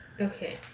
Okay